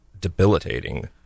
debilitating